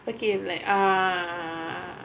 okay like uh